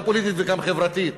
גם פוליטית וגם חברתית,